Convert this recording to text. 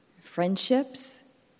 friendships